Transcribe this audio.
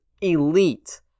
elite